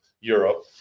Europe